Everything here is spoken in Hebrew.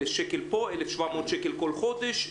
1,700 שקלים כל חודש,